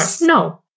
No